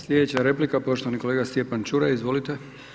Slijedeća replika poštovani kolega Stjepan Čuraj, izvolite.